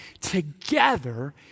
together